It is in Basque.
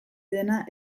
dena